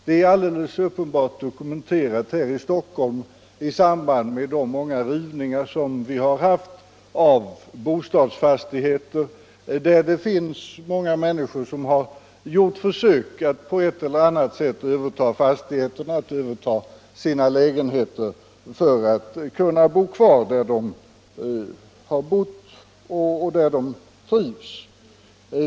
Detta är helt dokumenterat här i Stockholm i samband med de många rivningar av bostadsfastigheter som har förekommit. Där har många människor försökt att på ett eller annat sätt få överta fastigheten eller lägenheten för att kunna bo kvar där de kanske har bott mycket länge och där de trivs.